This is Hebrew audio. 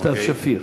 סתיו שפיר.